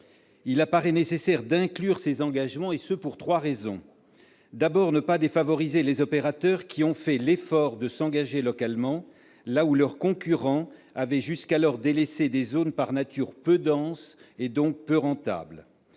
Il apparaît nécessaire d'inclure ces engagements, et ce pour trois raisons. La première est de ne pas défavoriser les opérateurs qui ont fait l'effort de s'engager localement, là où leurs concurrents avaient jusqu'alors délaissé des zones par nature peu denses et donc peu rentables